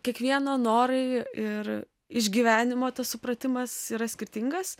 kiekvieno norai ir išgyvenimo supratimas yra skirtingas